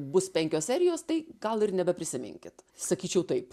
bus penkios serijos tai gal ir nebeprisiminkit sakyčiau taip